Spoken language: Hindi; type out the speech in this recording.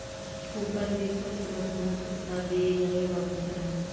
कूपन भी कुछ वस्तुओं के साथ दिए गए वाउचर है